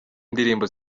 ndirimbo